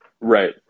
Right